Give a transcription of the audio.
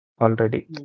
Already